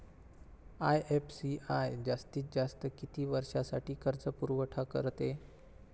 IFCI जास्तीत जास्त किती वर्षासाठी कर्जपुरवठा करते?